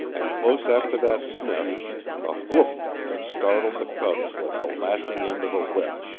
and close after that sniff a whoof that startled the cubs like the lashing end of a whip.